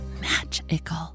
magical